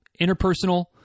interpersonal